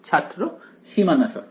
ছাত্র সীমানা শর্ত